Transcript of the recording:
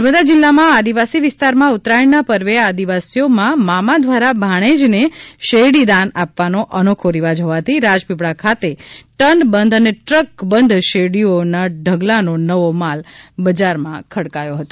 નર્મદા જિલ્લામાં આદિવાસી વિસ્તારમાં ઉતરાયણના પર્વે આદિવાસીઓમાં મામા દ્વારા ભાણેજને શેરડી દાનમાં આપવાનો અનોખો રિવાજ હોવાથી રાજપીપળા ખાતે ટનબંધી અને ટ્રક બંધ શેરડીઓનો ઢગલો નવો માલ બજારમાં ખડકાયો હતો